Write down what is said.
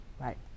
Right